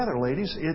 ladies